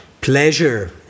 pleasure